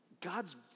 God's